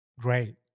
Great